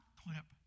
clip